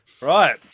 right